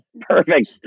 Perfect